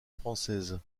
française